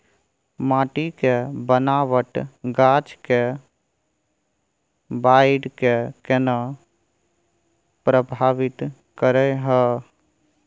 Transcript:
माटी के बनावट गाछ के बाइढ़ के केना प्रभावित करय हय?